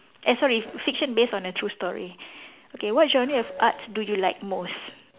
and sorry fiction based on a true story okay what genre of Arts do you like most